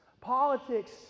politics